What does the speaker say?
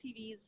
TVs